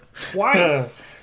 twice